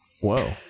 Whoa